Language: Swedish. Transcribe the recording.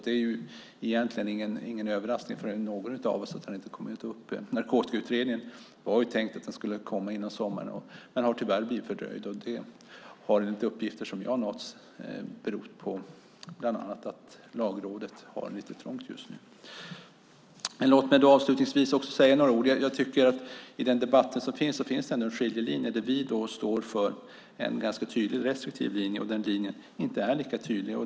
Det är därför egentligen inte någon överraskning för någon av oss att den inte har kommit. Narkotikautredningen var tänkt att komma före sommaren, men den har tyvärr blivit fördröjd. Det beror, enligt uppgifter som jag har fått, bland annat på att Lagrådet har mycket att göra just nu. I debatten finns det ändå en skiljelinje mellan oss. Vi står för en ganska tydlig restriktiv linje, medan den andra linjen inte är lika tydlig.